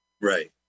Right